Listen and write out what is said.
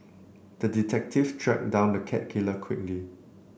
the detective tracked down the cat killer quickly